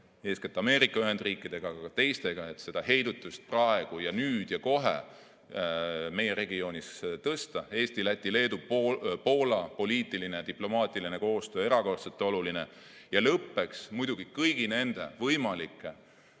eeskätt Ameerika Ühendriikidega, ka teistega, et seda heidutust praegu, nüüd ja kohe meie regioonis suurendada. Eesti, Läti, Leedu ja Poola poliitiline ja diplomaatiline koostöö on erakordselt oluline. Ja lõppeks, muidugi kõigi nende võimalike